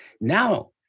Now